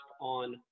on